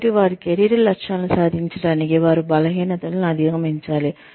కాబట్టి వారి కెరీర్ లక్ష్యాలను సాధించడానికి వారు బలహీనతలను అధిగమించాలి